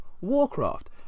Warcraft